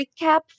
recap